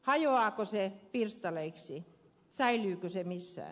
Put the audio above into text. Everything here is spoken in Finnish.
hajoaako se pirstaleiksi säilyykö se missään